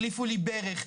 החליפו לי ברך,